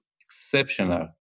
exceptional